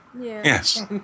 Yes